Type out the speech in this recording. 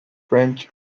french